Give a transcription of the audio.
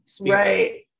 right